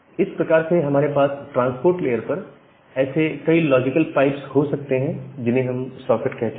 इस प्रकार से हमारे पास ट्रांसपोर्ट लेयर पर ऐसे कई लॉजिकल पाइप हो सकते हैं जिन्हें हम सॉकेट कहते हैं